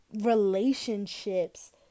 relationships